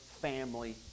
family